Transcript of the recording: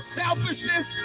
selfishness